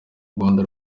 rwanda